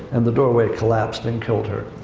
and the doorway collapsed and killed her.